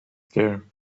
there